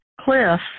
cliff